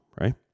right